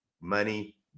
money